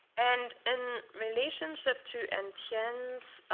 and in relationship to and to etienne's